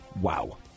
Wow